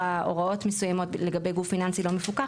הוראות מסוימות לגבי גוף פיננסי לא מפוקח,